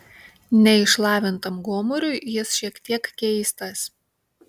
neišlavintam gomuriui jis šiek tiek keistas